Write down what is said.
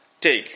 Take